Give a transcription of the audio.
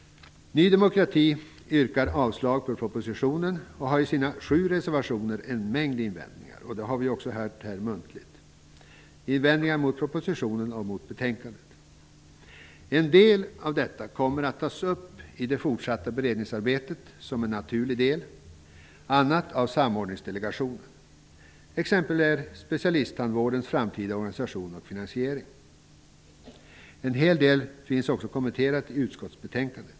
Ny demokrati yrkar avslag på propositionen och har i sina sju reservationer en mängd invändningar mot propositionen och betänkandet, invändningar som vi också har hört framföras här muntligt. En del av detta kommer att tas upp som en naturlig del i det fortsatta beredningsarbetet, annat av samordningsdelegationen. Ett exempel är specialisttandvårdens framtida situation och finansiering. En hel del har också kommenterats i utskottsbetänkandet.